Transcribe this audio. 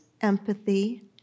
empathy